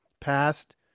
past